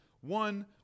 One